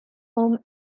home